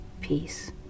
peace